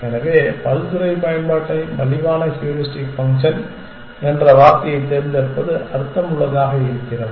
எனவே பல்துறை பயன்பாட்டை மலிவான ஹூரிஸ்டிக் ஃபங்க்ஷன் என்ற வார்த்தையைத் தேர்ந்தெடுப்பது அர்த்தமுள்ளதாக இருக்கிறது